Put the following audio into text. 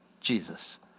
Jesus